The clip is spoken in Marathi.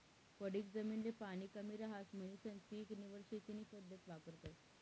पडीक जमीन ले पाणी कमी रहास म्हणीसन पीक निवड शेती नी पद्धत वापरतस